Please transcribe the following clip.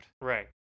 Right